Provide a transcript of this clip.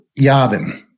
Yavin